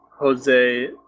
Jose